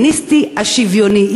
הפמיניסטי השוויוני.